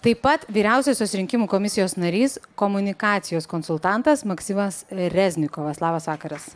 taip pat vyriausiosios rinkimų komisijos narys komunikacijos konsultantas maksimas reznikovas labas vakaras